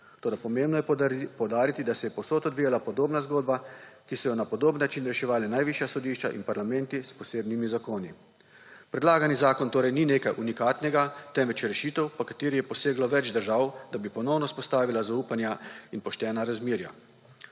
toda pomembno je poudariti, da se je povsod odvijala podobna zgodba, ki so jo na podoben način reševali najvišja sodišča in parlamenti s posebnimi zakoni. Predlagani zakon torej ni nekaj unikatnega, temveč rešitev, po kateri je poseglo več držav, da bi ponovno vzpostavila zaupanja in poštena razmerja.